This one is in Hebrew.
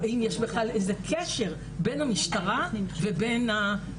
או האם יש בכלל איזה קשר בין המשטרה לבין בתי המשפט?